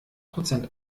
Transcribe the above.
prozent